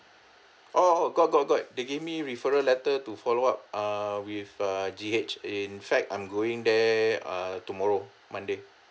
oh got got got they give me referral letter to follow up err with uh G_H in fact I'm going there uh tomorrow monday